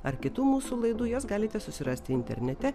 ar kitų mūsų laidų jas galite susirasti internete